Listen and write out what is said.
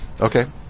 Okay